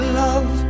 love